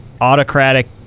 autocratic